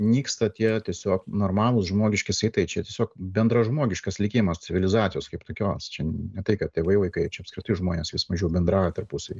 nyksta tie tiesiog normalūs žmogiški saitai čia tiesiog bendražmogiškas likimas civilizacijos kaip tokios čia ne tai kad tėvai vaikai čia apskritai žmonės vis mažiau bendrauja tarpusavy